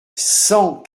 cent